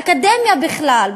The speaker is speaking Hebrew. האקדמיה בכלל,